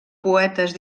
poetes